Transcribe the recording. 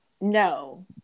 No